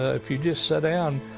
ah if you just sat down,